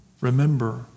Remember